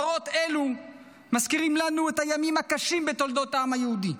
מראות אלו מזכירים לנו את הימים הקשים בתולדות העם היהודי.